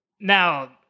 Now